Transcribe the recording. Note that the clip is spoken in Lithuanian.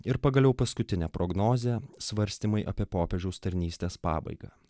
ir pagaliau paskutinė prognozė svarstymai apie popiežiaus tarnystės pabaigą